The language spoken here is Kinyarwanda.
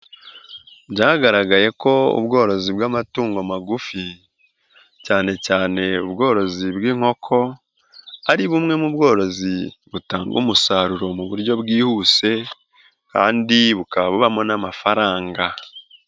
Byagaragaye ko ubworozi bw'amatungo magufi cyane cyane ubworozi bw'inkoko ari bumwe mu bworozi butanga umusaruro mu buryo bwihuse kandi bukaba bubamo n'amafaranga.